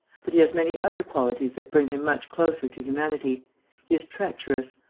but he has many other qualities that bring him much closer to humanity he is treacherous,